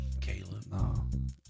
Caleb